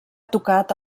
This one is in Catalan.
tocat